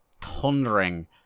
thundering